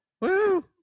Woo